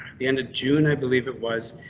the end of june, i believe it was.